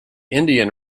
indian